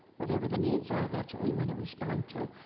whatever the needs are, that's what we want to respond to.